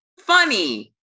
Funny